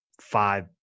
five